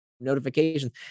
notifications